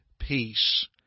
peace